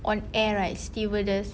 on air right stewardess